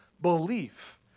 belief